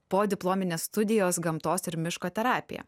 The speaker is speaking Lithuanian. podiplominės studijos gamtos ir miško terapija